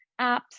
apps